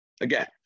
Again